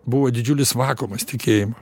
buvo didžiulis vakuumas tikėjimo